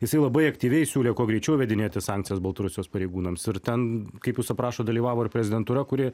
jisai labai aktyviai siūlė kuo greičiau įvedinėti sankcijas baltarusijos pareigūnams ir ten kaip jis aprašo dalyvavo ir prezidentūra kurie